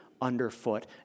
underfoot